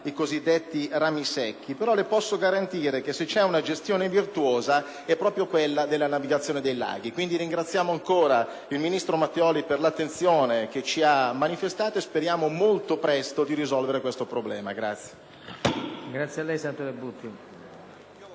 i cosiddetti rami secchi. Però le posso garantire, Signor Sottosegretario, che se c'è una gestione virtuosa è proprio quella della navigazione dei laghi. Quindi ringraziamo ancora il ministro Matteoli per l'attenzione che ci ha manifestato e speriamo molto presto di risolvere questo problema.